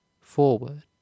Forward